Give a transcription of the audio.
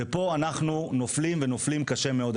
ופה אנחנו נופלים ונופלים קשה מאוד.